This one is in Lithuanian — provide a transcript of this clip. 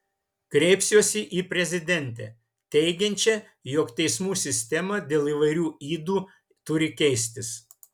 kreipsiuosi į prezidentę teigiančią jog teismų sistema dėl įvairių ydų turi keistis